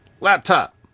Laptop